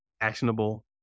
actionable